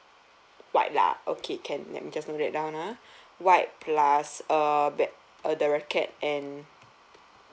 white lah okay can let me just note that down ah white plus uh bad~ uh the racket and